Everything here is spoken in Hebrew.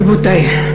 רבותי,